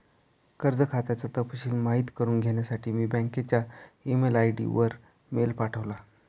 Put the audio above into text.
कर्ज खात्याचा तपशिल माहित करुन घेण्यासाठी मी बँकच्या ई मेल आय.डी वर मेल पाठवला